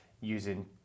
using